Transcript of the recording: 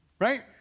Right